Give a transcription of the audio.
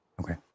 Okay